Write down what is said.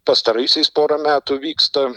pastaraisiais porą metų vyksta